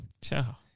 Ciao